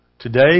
Today